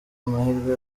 amahirwe